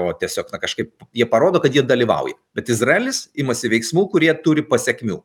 o tiesiog na kažkaip jie parodo kad jie dalyvauja bet izraelis imasi veiksmų kurie turi pasekmių